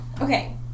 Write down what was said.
okay